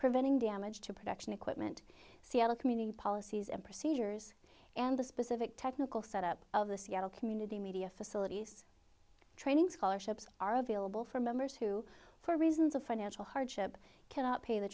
preventing damage to production equipment c l community policies and procedures and the specific technical set up of the seattle community media facilities training scholarships are available for members who for reasons of financial hardship cannot pay the